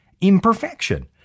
imperfection